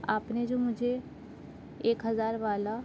آپ نے جو مجھے ایک ہزار والا